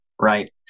right